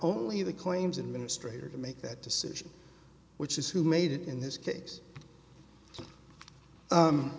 only the claims in ministry or to make that decision which is who made it in this case